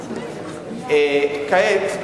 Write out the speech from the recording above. כעת,